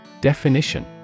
Definition